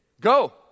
go